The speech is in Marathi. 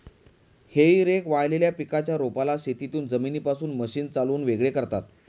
हेई रेक वाळलेल्या पिकाच्या रोपाला शेतातील जमिनीपासून मशीन चालवून वेगळे करतात